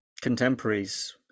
contemporaries